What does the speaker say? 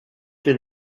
been